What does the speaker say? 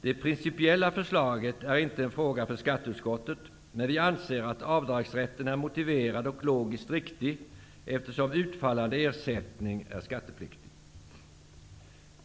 Det principiella förslaget är inte en fråga för skatteutskottet, men vi anser att avdragsrätten är motiverad och logiskt riktig, eftersom utfallande ersättning är skattepliktig.